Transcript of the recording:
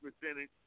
percentage